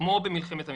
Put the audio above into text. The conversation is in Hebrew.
כמו במלחמת המפרץ.